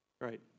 right